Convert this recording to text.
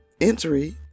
entry